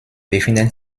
befinden